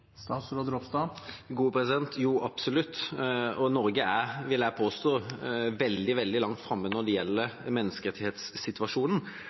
Jo, absolutt, og Norge er – vil jeg påstå – veldig langt framme når det